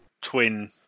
twin